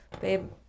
babe